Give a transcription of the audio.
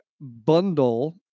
bundle